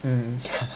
mm